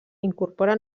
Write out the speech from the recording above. incorpora